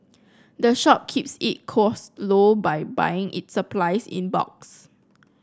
the shop keeps its cost low by buying its supplies in bulks